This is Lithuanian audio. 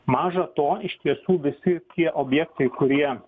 maža to iš tiesų visi tie objektai kurie